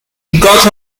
got